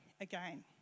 again